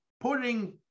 putting